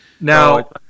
Now